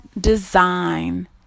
design